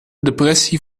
depressie